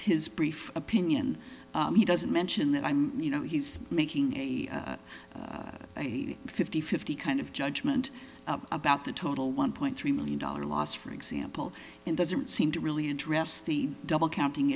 his brief opinion he doesn't mention that i'm you know he's making a fifty fifty kind of judgment about the total one point three million dollar loss for example and doesn't seem to really address the double counting